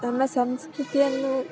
ನಮ್ಮ ಸಂಸ್ಕೃತಿಯನ್ನು